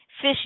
fish